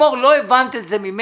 לימור, אם לא הבנת את זה ממני,